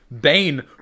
Bane